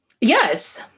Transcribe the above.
yes